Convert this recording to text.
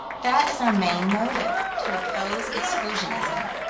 that is our main motive to oppose exclusionism.